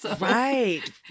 Right